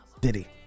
Diddy